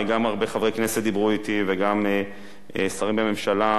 גם הרבה חברי כנסת דיברו אתי וגם שרים בממשלה,